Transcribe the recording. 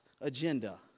agenda